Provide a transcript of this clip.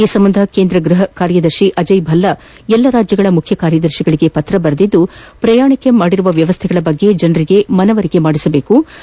ಈ ಸಂಬಂಧ ಕೇಂದ್ರ ಗೃಹ ಕಾರ್ಯದರ್ಶಿ ಅಜಯ್ ಭೆಲ್ಲಾ ಎಲ್ಲಾ ರಾಜ್ಯಗಳ ಮುಖ್ಯ ಕಾರ್ಯದರ್ಶಿಗಳಿಗೆ ಪತ್ರ ಬರೆದು ಪ್ರಯಾಣಕ್ಕೆ ಮಾಡಿರುವ ವ್ಯವಸ್ಥೆಗಳ ಬಗ್ಗೆ ಜನರಿಗೆ ಅರಿವು ಮೂಡಿಸುವ ಅಗತ್ಯವಿದೆ